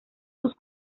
sus